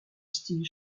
style